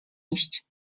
iść